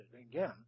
again